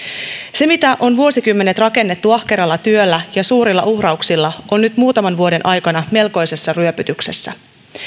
se mitä on vuosikymmenet rakennettu ahkeralla työllä ja suurilla uhrauksilla on nyt muutaman vuoden aikana ollut melkoisessa ryöpytyksessä